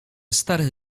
starych